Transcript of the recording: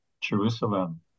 Jerusalem